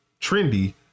trendy